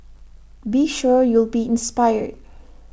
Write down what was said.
be sure you'll be inspired